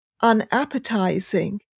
unappetizing